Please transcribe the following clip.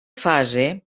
fase